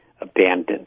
abandoned